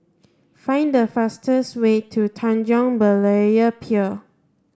find the fastest way to Tanjong Berlayer Pier